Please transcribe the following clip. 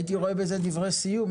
הייתי אומר שזה דברי סיום,